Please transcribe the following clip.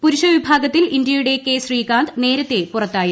പുരുഷ വിഭാഗത്തിൽ ഇന്ത്യയുട ശ്രീകാന്ത് നേരത്തെ പുറത്തായിരുന്നു